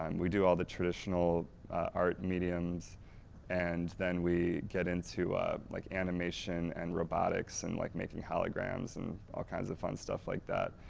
um we do all the traditional art mediums and then we get into like animation and robotics and like making holograms and all kinds of fun stuff like that.